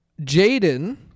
Jaden